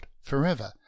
forever